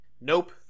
Nope